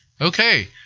Okay